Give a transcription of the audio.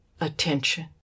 attention